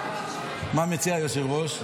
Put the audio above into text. מה מציע היושב-ראש?